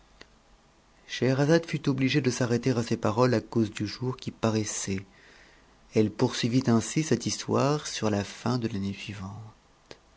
scheherazade fut obligée de s'arrêter à ces paroles à cause du jour qui paraissait elle poursuivit ainsi cette histoire sur la fin de